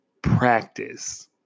Practice